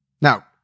Now